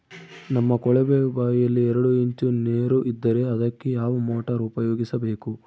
ನಮ್ಮ ಕೊಳವೆಬಾವಿಯಲ್ಲಿ ಎರಡು ಇಂಚು ನೇರು ಇದ್ದರೆ ಅದಕ್ಕೆ ಯಾವ ಮೋಟಾರ್ ಉಪಯೋಗಿಸಬೇಕು?